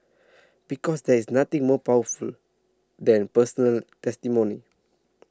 because there is nothing more powerful than personal testimony